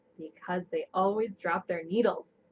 because they always drop their needles!